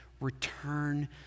return